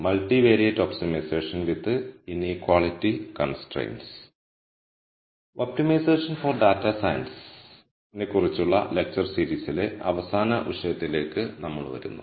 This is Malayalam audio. multivariate optimization with inequality constraints optimization for data science നെക്കുറിച്ചുള്ള ലെക്ച്ചർ സീരീസിലെ അവസാന വിഷയത്തിലേക്ക് നമ്മൾ വരുന്നു